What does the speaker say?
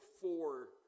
four